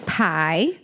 Pie